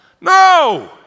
No